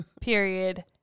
period